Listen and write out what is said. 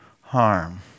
harm